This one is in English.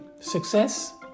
success